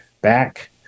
back